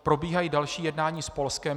Probíhají další jednání s Polskem.